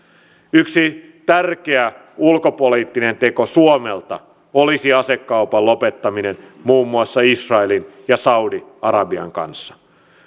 yksi tärkeä ulkopoliittinen teko suomelta olisi asekaupan lopettaminen muun muassa israelin ja saudi arabian kanssa